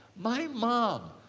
my mom,